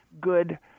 good